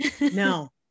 no